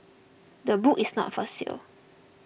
the book is not for sale